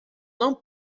não